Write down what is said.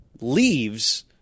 leaves